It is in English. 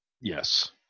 Yes